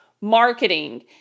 marketing